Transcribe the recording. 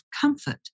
comfort